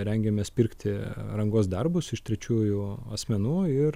rengiamės pirkti rangos darbus iš trečiųjų asmenų ir